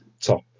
top